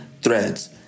Threads